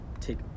take